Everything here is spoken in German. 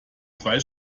zwei